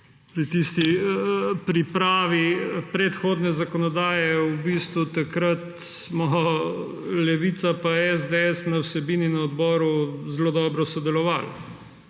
Pa pri pripravi predhodne zakonodaje smo v bistvu takrat Levica pa SDS pri vsebini na odboru zelo dobro sodelovali.